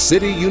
City